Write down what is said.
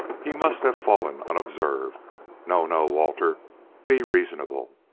he must have fallen unobserved no, no, walter be reasonable.